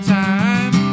time